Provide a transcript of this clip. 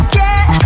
get